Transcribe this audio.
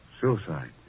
Suicide